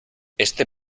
este